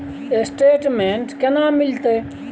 Statement केना मिलते?